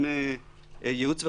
עם ייעוץ וחקיקה,